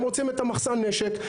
הם רוצים את מחסן הנשק,